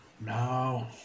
No